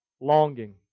longing